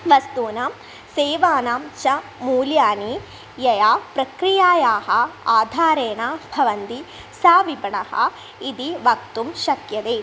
वस्तूनां सेवानां च मूल्यानि यया प्रक्रियायाः आधारेण भवन्ति सा विपणः इति वक्तुं शक्यते